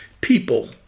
people